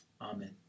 Amen